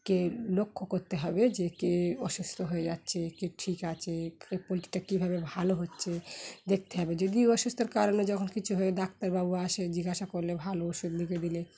কে লক্ষ্য করতে হবে যে কে অসুস্থ হয়ে যাচ্ছে কে ঠিক আছে এ পোলট্রিটা কীভাবে ভালো হচ্ছে দেখতে হবে যদি অসুস্থতার কারণে যখন কিছু হয়ে ডাক্তারবাবু আসে জিজ্ঞাসা করলে ভালো ওষুধ লিখে দিলে